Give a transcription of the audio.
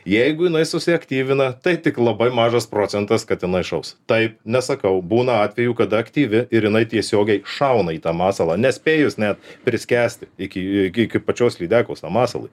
jeigu jinai susiaktyvina tai tik labai mažas procentas kad jinai šaus taip nesakau būna atvejų kada aktyvi ir jinai tiesiogiai šauna į tą masalą nespėjus net priskęsti iki iki iki pačios lydekos a masalui